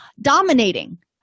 Dominating